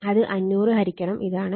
അത് 500 ഹരിക്കണം ഇതാണ്